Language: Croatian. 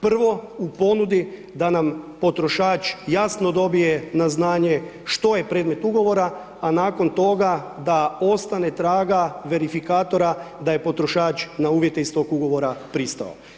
Prvo, u ponudi da nam potrošač jasno dobije na znanje što je predmet ugovora, a nakon toga da ostane traga verifikatora da je potrošač na uvjete iz tog ugovora pristao.